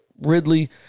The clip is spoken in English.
Ridley